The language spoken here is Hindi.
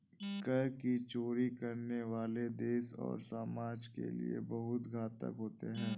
कर की चोरी करने वाले देश और समाज के लिए बहुत घातक होते हैं